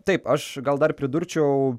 taip aš gal dar pridurčiau